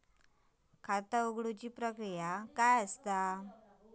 खाता उघडुची प्रक्रिया काय असा?